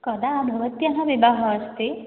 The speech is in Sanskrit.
कदा भवत्याः विवाहः अस्ति